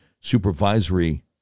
supervisory